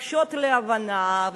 הכי ברורות וטבעיות ומתבקשות להבנה,